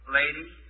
lady